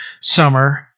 summer